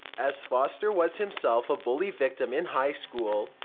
as foster was, himself, a bully victim in high school,